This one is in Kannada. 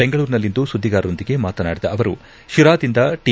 ಬೆಂಗಳೂರಿನಲ್ಲಿಂದು ಸುದ್ದಿಗಾರರೊಂದಿಗೆ ಮಾತನಾಡಿದ ಅವರು ಶಿರಾದಿಂದ ಟಿ